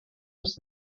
was